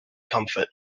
comfort